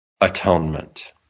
atonement